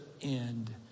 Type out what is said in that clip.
end